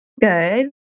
Good